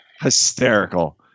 hysterical